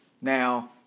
Now